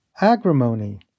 Agrimony